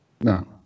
No